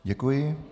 Děkuji.